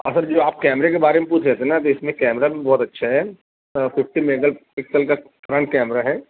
اور سر جو آپ کیمرے کے بارے میں پوچھ رہے تھے نا تو اس میں کیمرہ بھی بہت اچھا ہے ففٹی میگا پکسل کا فرنٹ کیمرہ ہے